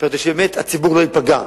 כך שהציבור לא ייפגע.